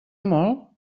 molt